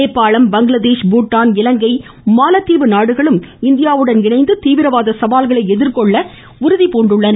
நேபாளம் பங்களாதேஷ் பூடான் இலங்கை மாலத்தீவு நாடுகளும் இந்தியாவுடன் இணைந்து தீவிரவாத சவால்களை எதிர்கொள்ள உறுதிபூண்டுள்ளன